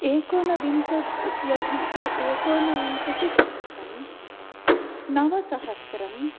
एकोनविंशत्यधिक एकोनविंशतिशतम् नवसहस्रम्